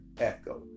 Echo